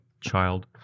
child